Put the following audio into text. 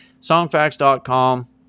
Songfacts.com